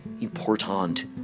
important